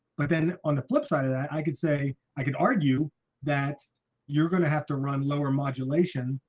but then on the flip side of that i could say i could argue that you're gonna have to run lower modulation.